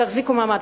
תחזיקו מעמד.